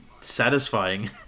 Satisfying